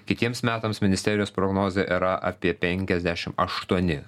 kitiems metams ministerijos prognozė yra apie penkiasdešim aštuoni